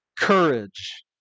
courage